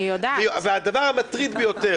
והדבר המטריד ביותר